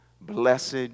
Blessed